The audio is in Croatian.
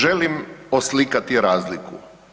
Želim oslikati razliku.